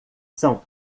são